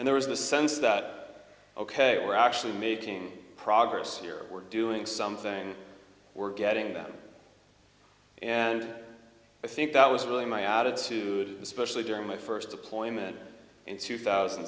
and there is the sense that ok we're actually making progress here we're doing something we're getting them and i think that was really my attitude especially during my first deployment in two thousand